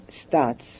starts